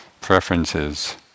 preferences